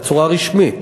בצורה רשמית.